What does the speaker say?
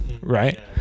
Right